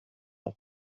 auf